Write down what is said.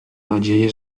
nadzieję